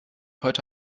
heute